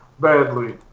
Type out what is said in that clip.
badly